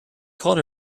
called